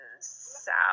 south